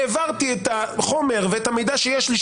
העברתי את החומר ואת המידע שיש לי,